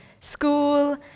school